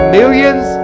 millions